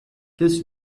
this